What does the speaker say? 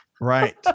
Right